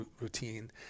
routine